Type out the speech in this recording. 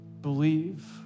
believe